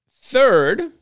third